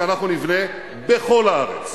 כי אנחנו נבנה בכל הארץ.